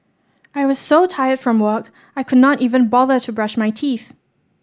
I was so tired from work I could not even bother to brush my teeth